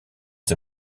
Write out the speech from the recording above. the